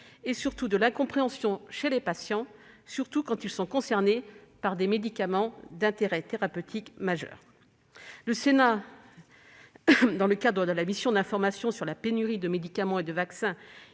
de santé et l'incompréhension des patients, surtout ceux à qui sont prescrits des médicaments d'intérêt thérapeutique majeur. Le Sénat, dans le cadre de sa mission d'information sur la pénurie de médicaments et de vaccins